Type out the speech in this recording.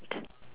shack